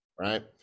Right